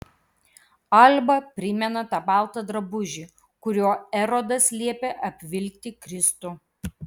alba primena tą baltą drabužį kuriuo erodas liepė apvilkti kristų